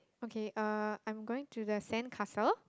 okay uh I'm going to the sandcastle